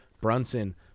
Brunson